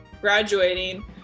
graduating